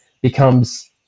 becomes